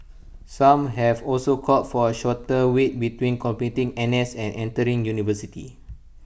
some have also called for A shorter wait between completing N S and entering university